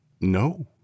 No